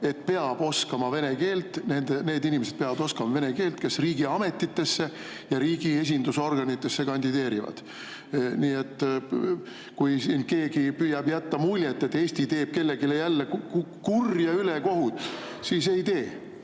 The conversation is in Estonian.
et peab oskama vene keelt. Need inimesed peavad oskama vene keelt, kes riigiametitesse ja riigi esindusorganitesse kandideerivad. Nii et kui siin keegi püüab jätta muljet, et Eesti teeb kellelegi jälle kurja ülekohut, siis ei tee.